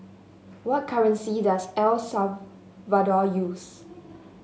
what currency does El Salvador use